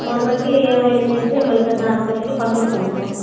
దాని బట్టి ఏమి అయ్యిందనేది మళ్ళీ పెద్ద హాస్పిటల్కి పంపిస్తామ్మా